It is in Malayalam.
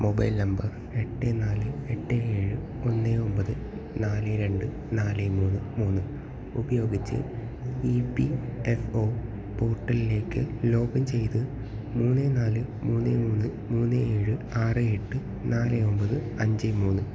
മൊബൈൽ നമ്പർ എട്ട് നാല് എട്ട് ഏഴ് ഒന്ന് ഒമ്പത് നാല് രണ്ട് നാല് മൂന്ന് മൂന്ന് ഉപയോഗിച്ച് ഇ പി എഫ് ഒ പോർട്ടലിലേക്ക് ലോഗിൻ ചെയ്ത് മൂന്ന് നാല് മൂന്ന് മൂന്ന് മൂന്ന് ഏഴ് ആറ് എട്ട് നാല് ഒമ്പത് അഞ്ച് മൂന്ന്